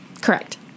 Correct